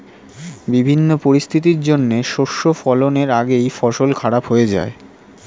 বিভিন্ন পরিস্থিতির জন্যে শস্য ফলনের আগেই ফসল খারাপ হয়ে যায়